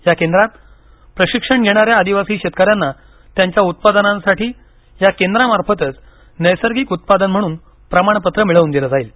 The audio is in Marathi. या केंद्रात प्रशिक्षण घेणाऱ्या आदिवासी शेतकऱ्यांना त्यांच्या उत्पादनांसाठी या केंद्रा मार्फतच नैसर्गिक उत्पादन म्हणून प्रमाण पत्र मिळवून दिलं जाईल